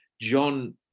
John